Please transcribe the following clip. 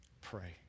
pray